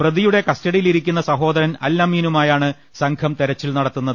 പ്രതിയുടെ കസ്റ്റഡിയിലിരിക്കുന്നസഹോദരൻ അൽഅ മീനുമായാണ് സംഘം തെരച്ചിൽ നടത്തുന്നത്